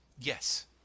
Yes